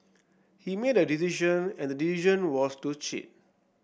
he made a decision and the decision was to cheat